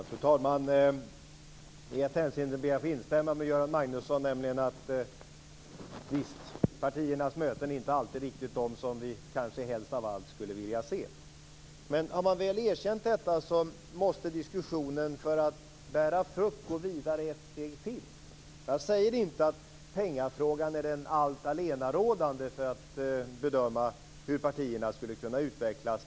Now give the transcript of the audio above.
Fru talman! I ett hänseende ber jag att få instämma med Göran Magnusson, nämligen att: Visst, partiernas möten är inte alltid riktigt de som vi helst av allt skulle vilja se. Men har man väl erkänt detta så måste diskussionen för att bära frukt gå vidare ett steg till. Jag säger inte att pengafrågan är allenarådande för att bedöma hur partierna skulle kunna utvecklas.